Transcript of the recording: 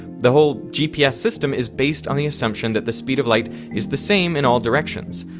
the whole gps system is based on the assumption that the speed of light is the same in all directions.